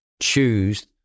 choose